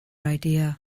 idea